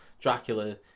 Dracula